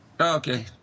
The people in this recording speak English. Okay